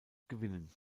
gewinnen